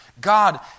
God